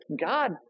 God